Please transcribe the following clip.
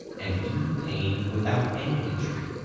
and even pain without any injury,